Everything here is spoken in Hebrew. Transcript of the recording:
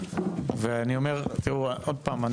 ואני אומר תראו עוד פעם,